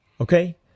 Okay